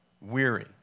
weary